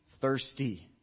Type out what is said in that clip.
thirsty